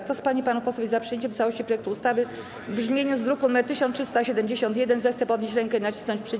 Kto z pań i panów posłów jest za przyjęciem w całości projektu ustawy w brzmieniu z druku nr 1371, zechce podnieść rękę i nacisnąć przycisk.